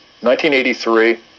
1983